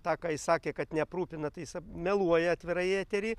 tą ką jis sakė kad neaprūpina tai jis meluoja atvirai etery